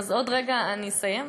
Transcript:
אז עוד רגע אני אסיים.